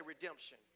Redemption